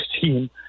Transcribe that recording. team